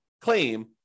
claim